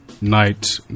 Night